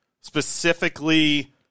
Specifically